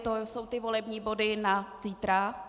To jsou ty volební body na zítra.